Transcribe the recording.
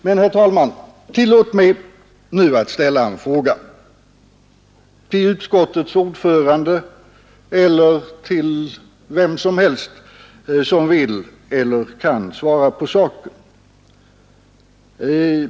Men, herr talman, tillåt mig nu att ställa en fråga till utskottets ordförande eller till vem som helst som vill eller kan svara.